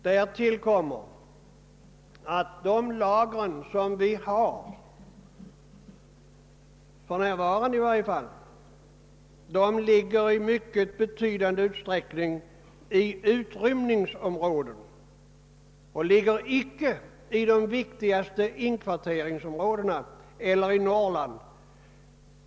Därtill kommer att de lager, som vi för närvarande har, i mycket betydande utsträckning ligger i utrymningsområden och icke i de viktigaste inkvarteringsområdena i Norrland.